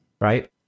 Right